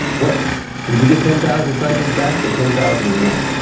what did you get ten thousand cycles back or ten thousand and one?